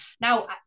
now